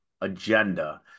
agenda